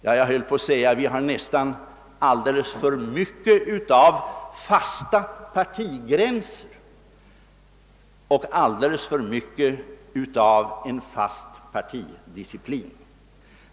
Jag höll nästan på att säga att vi har alldeles för mycket av fasta partigränser och alldeles för mycket av en fast partidisciplin.